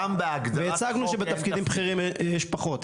הצגנו שבתפקידים בכירים יש פחות.